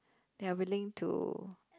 they are willing to